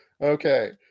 Okay